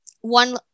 one